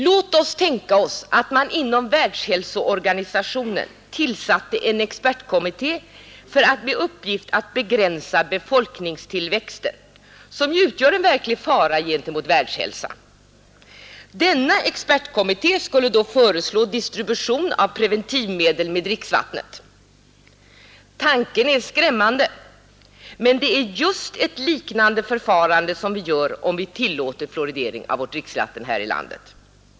Låt oss tänka oss att man inom Världshälsoorganisationen tillsatte en expertkommitté med uppgift att begränsa befolkningstillväxten — som ju utgör en verklig fara för världshälsan. Denna expertkommitté skulle då föreslå distribution av preventivmedel med dricksvattnet. Tanken är skrämmande, men det är just ett liknande förfarande som vi tillämpar om vi tillåter fluoridering av vårt dricksvatten här i landet.